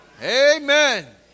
Amen